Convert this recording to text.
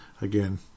again